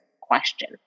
question